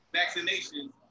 vaccinations